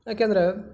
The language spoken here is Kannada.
ಏಕೆಂದರೆ